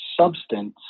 substance